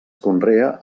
conrea